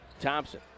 Thompson